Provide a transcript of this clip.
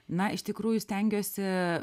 na iš tikrųjų stengiuosi